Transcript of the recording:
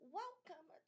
welcome